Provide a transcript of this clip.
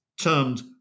termed